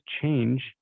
change